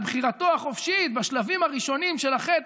בבחירתו החופשית בשלבים הראשונים של החטא,